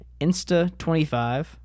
Insta25